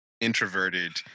introverted